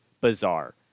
Bizarre